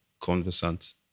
conversant